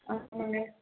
ஆமாம்ங்க